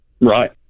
Right